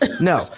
no